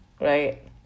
right